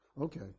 Okay